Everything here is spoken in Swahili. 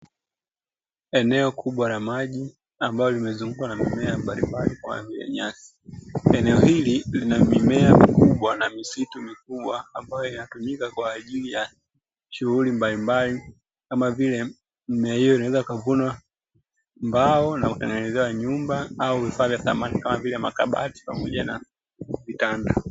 Eneo kubwa la maji ambalo limezungukwa na mimea mbalimbali kama vile nyasi. Eneo hili lina mimea mikubwa na misitu mikubwa, ambayo inatumika kwa ajili ya shughuli mbalimbali, kama vile mimea hiyo inaweza ikavunwa mbao na kutengenezewa nyumba au vifaa vya samani, kama vile makabati pamoja na vitanda.